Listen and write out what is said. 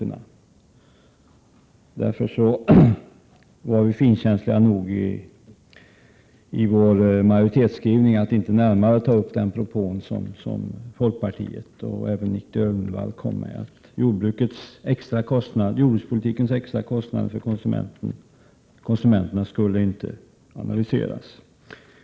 Därför var utskottsmajoriteten finkänslig nog att i sin skrivning inte närmare ta upp den propå som folkpartiet och även Nic Grönvall kom med, att jordbrukspolitikens extra kostnader för konsumenterna skulle analyseras.